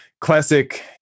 classic